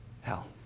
hell